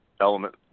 element